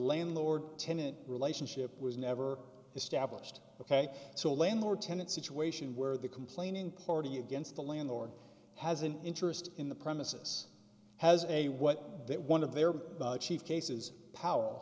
landlord tenant relationship was never established ok so landlord tenant situation where the complaining party against the landlord has an interest in the premises has a what that one of their chief cases power